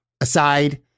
aside